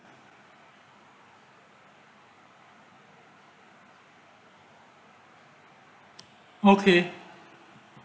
okay